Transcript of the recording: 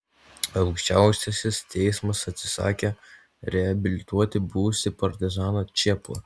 aukščiausiasis teismas atsisakė reabilituoti buvusį partizaną čėplą